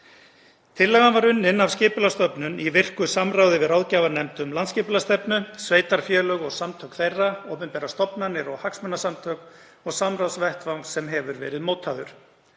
Tillagan var unnin af Skipulagsstofnun í virku samráði við ráðgjafarnefnd um landsskipulagsstefnu, sveitarfélög og samtök þeirra, opinberar stofnanir og hagsmunasamtök og samráðsvettvang sem hefur verið mótaður.